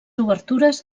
obertures